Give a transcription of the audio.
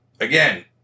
Again